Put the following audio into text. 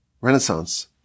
Renaissance